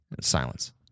Silence